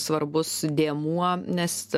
svarbus dėmuo nes